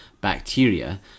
bacteria